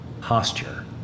posture